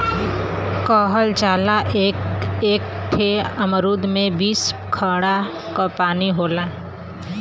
कहल जाला एक एक ठे अमरूद में बीस घड़ा क पानी होला